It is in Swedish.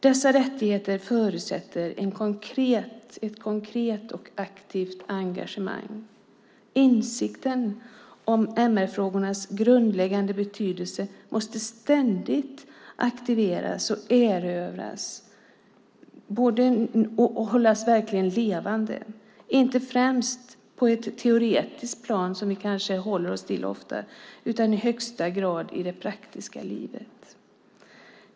Dessa rättigheter förutsätter ett konkret och aktivt engagemang. Insikten om MR-frågornas grundläggande betydelse måste ständigt aktiveras, erövras och verkligen hållas levande - inte främst på ett teoretiskt plan, som vi kanske ofta håller oss till, utan i högsta grad i det praktiska livet.